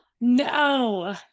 no